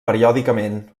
periòdicament